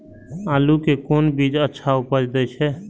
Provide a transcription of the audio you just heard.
आलू के कोन बीज अच्छा उपज दे छे?